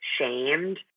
shamed